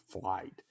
flight